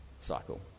cycle